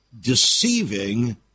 deceiving